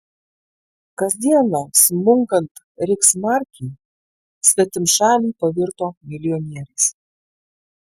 kasdieną smunkant reichsmarkei svetimšaliai pavirto milijonieriais